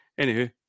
anywho